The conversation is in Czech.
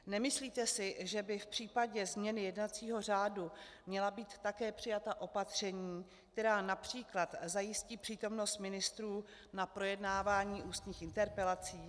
Nemyslíte si, že by v případě změny jednacího řádu měla být také přijata opatření, která například zajistí přítomnost ministrů na projednávání ústních interpelací?